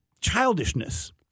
childishness